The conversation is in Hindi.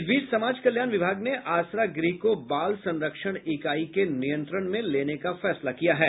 इस बीच समाज कल्याण विभाग ने आसरा गृह को बाल संरक्षण इकाई के नियंत्रण में लेने का फैसला किया है